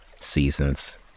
seasons